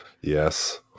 Yes